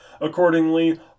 Accordingly